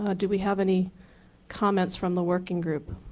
ah do we have any comments from the working group?